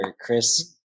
Chris